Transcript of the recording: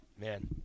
man